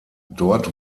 dort